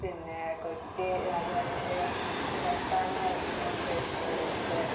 പിന്നെ കൊച്ചി രാജാവിൻ്റെ തലസ്ഥാനമായിരുന്നു പെരുമ്പടപ്പ്